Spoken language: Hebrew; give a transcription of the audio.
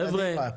חבר'ה,